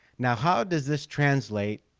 now. how does this translate?